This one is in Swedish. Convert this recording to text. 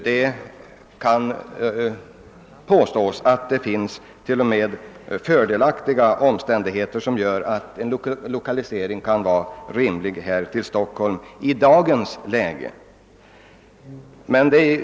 Det kan i dag sägas att det t.o.m. finns sådana omständigheter som gör att en lokalisering till Stockholm i dagens läge är rimlig.